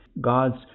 God's